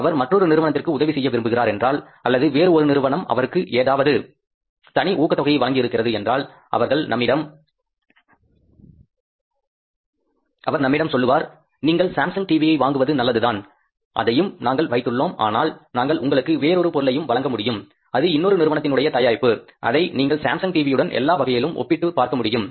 அவர் மற்றொரு நிறுவனத்திற்கு உதவி செய்ய விரும்புகிறார் என்றால் அல்லது வேறு ஒரு நிறுவனம் அவருக்கு ஏதாவது தனி ஊக்கத்தொகையை வழங்கியிருக்கிறது என்றால் அவர் நம்மிடம் சொல்வார் நீங்கள் சாம்சங் டிவியை வாங்குவது நல்லதுதான் அதையும் நாங்கள் வைத்துள்ளோம் ஆனால் நாங்கள் உங்களுக்கு வேறொரு பொருளையும் வழங்க முடியும் அது இன்னொரு நிறுவனத்தினுடைய தயாரிப்பு அதை நீங்கள் சாம்சங் டிவியுடன் எல்லா வகையிலும் ஒப்பிட்டுப் பார்க்க முடியும்